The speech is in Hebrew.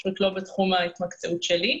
זה פשוט לא בתחום ההתמקצעות שלי.